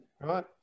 right